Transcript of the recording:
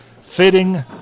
fitting